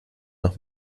noch